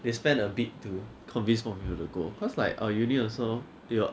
they spend a bit to convince more people to go because like our uni also build up